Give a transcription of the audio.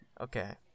okay